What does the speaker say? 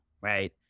right